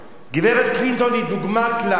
גברת קלינטון היא דוגמה קלאסית,